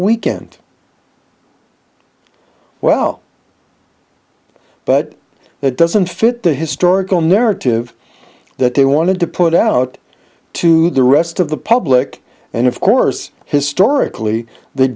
weekend well but it doesn't fit the historical narrative that they wanted to put out to the rest of the public and of course historically they